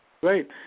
Great